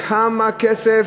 כמה כסף